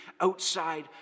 outside